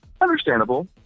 Understandable